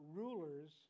rulers